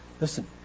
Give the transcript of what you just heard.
Listen